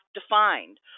defined